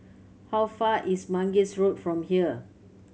how far is Mangis Road from here